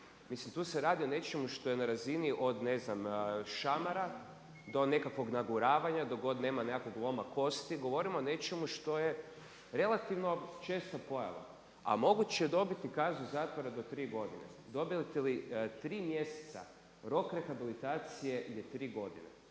Mislim tu se radi o nečemu što je na razini od šamara do nekakvog naguravanja, dok god nema nekakvog loma kosti. Govorimo o nečemu što je relativno česta pojava, a moguće je dobiti kaznu zatvora do 3 godine. Dobijete li 3 mjeseca rok rehabilitacije ili 3 godine.